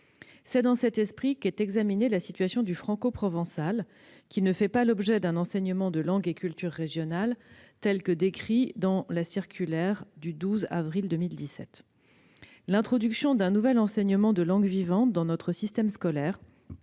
C'est dans cet esprit qu'est examinée la situation du francoprovençal qui ne fait pas l'objet d'un enseignement de langue et culture régionale tel que le décrit la circulaire du 12 avril 2017. L'introduction d'un nouvel enseignement de langue vivante dans notre système scolaire,